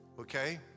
okay